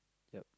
ya